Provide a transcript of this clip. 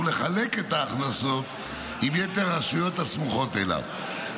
ולחלק את ההכנסות עם יתר הרשויות הסמוכות אליו,